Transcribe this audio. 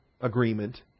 agreement